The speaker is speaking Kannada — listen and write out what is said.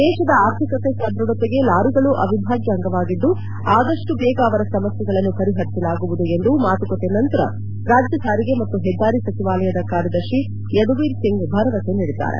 ದೇಶದ ಅರ್ಥಿಕತೆ ಸದ್ಯಢತೆಗೆ ಲಾರಿಗಳೂ ಅವಿಭಾಜ್ಯ ಅಂಗವಾಗಿದ್ದು ಅದಷ್ಟು ಬೇಗ ಅವರ ಸಮಸ್ಯಗಳನ್ನು ಿಪರಿಸಲಾಗುವುದು ಎಂದು ಮಾತುಕತೆ ನಂತರ ರಾಜ್ಯ ಸಾರಿಗೆ ಮತ್ತು ಪೆದ್ದಾರಿ ಸಚಿವಾಲಯದ ಕಾರ್ತದರ್ತಿ ಯದುವೀರ್ ಸಿಂಗ್ ಭರವಸೆ ನೀಡಿದ್ದಾರೆ